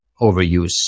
overuse